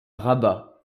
rabat